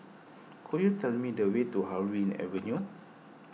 could you tell me the way to Harvey Avenue